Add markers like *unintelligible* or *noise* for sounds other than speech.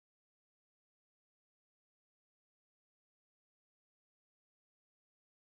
*unintelligible*